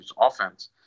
offense